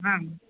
हां